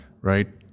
right